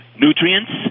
Nutrients